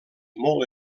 molt